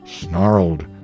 snarled